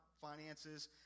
finances